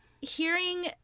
hearing